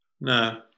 No